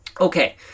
Okay